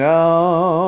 now